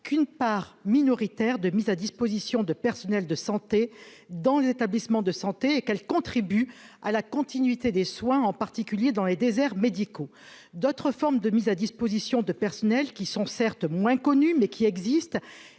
qu'une part minoritaire de mise à disposition de personnels de santé dans les établissements de santé et qu'elle contribue à la continuité des soins, en particulier dans les déserts médicaux, d'autres formes de mise à disposition de personnels qui sont certes moins connue, mais qui existent